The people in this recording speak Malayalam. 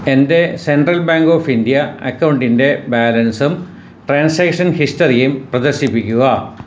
എൻ്റെ സെൻട്രൽ ബാങ്ക് ഓഫ് ഇൻഡ്യ അക്കൗണ്ടിൻ്റെ ബാലൻസും ട്രാൻസാക്ഷൻ ഹിസ്റ്ററിയും പ്രദർശിപ്പിക്കുക